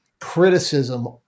criticism